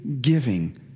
giving